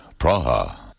Praha